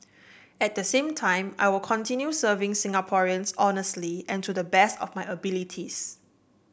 at the same time I will continue serving Singaporeans honestly and to the best of my abilities